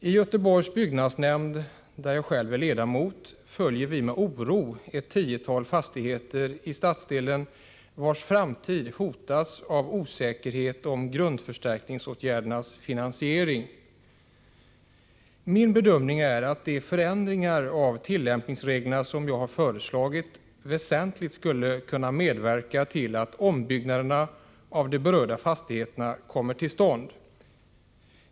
I Göteborgs byggnadsnämnd, där jag själv är ledamot, följer vi med oro ett tiotal fastigheter i stadsdelen, vilkas framtid hotas av osäkerhet om grundförstärkningsåtgärdernas finansiering. Min bedömning är att de förändringar av tillämpningsreglerna som jag har föreslagit väsentligt skulle kunna medverka till att ombyggnad av de berörda fastigheterna kommer till stånd.